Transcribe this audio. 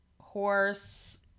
horse